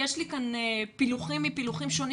יש לי כאן פילוחים מפילוחים שונים,